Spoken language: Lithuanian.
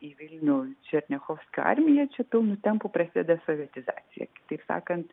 į vilnių černiachovskio armija čia pilnu tempu prasideda sovietizacija taip sakant